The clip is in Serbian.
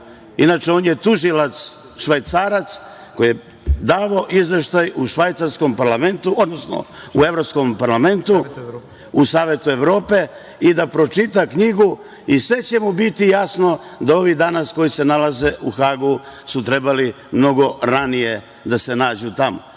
inače, on je tužilac Švajcarac, koji je davao izveštaj u švajcarskom parlamentu, odnosno u evropskom parlamentu, u Savetu Evrope, da pročita knjigu, pa će mu sve biti jasno, da ovi danas koji se nalaze u Hagu su trebali mnogo ranije da se nađu tamo. Šta